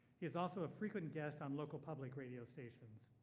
he is also a frequent guest on local public radio stations.